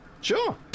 Sure